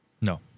No